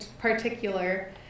particular